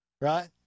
Right